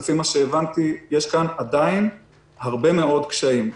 לפי מה שהבנתי יש כאן עדיין הרבה מאוד קשיים.